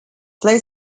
play